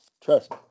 trust